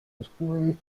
oscuri